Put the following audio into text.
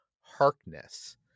Harkness